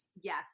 yes